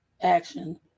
action